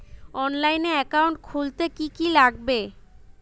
অনলাইনে একাউন্ট খুলতে কি কি লাগবে?